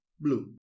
blue